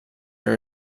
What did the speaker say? are